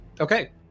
Okay